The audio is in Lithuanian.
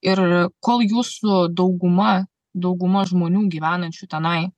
ir kol jūsų dauguma dauguma žmonių gyvenančių tenai